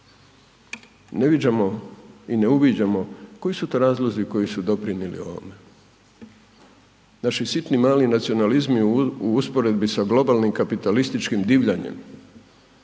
ne viđamo i ne uviđamo koji su to razlozi koji su doprinijeli ovome. Naši sitni mali nacionalizmi u usporedbi sa globalnim kapitalističkim divljanjem,